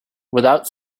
without